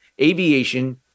aviation